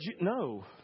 no